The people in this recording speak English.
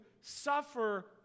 suffer